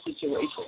situation